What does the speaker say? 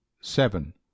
seven